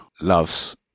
loves